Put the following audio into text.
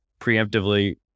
preemptively